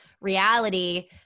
reality